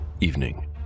Evening